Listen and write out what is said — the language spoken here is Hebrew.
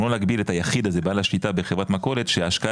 אנחנו לא נגביל את היחיד הזה בעל השליטה בחברת מכולת שההשקעה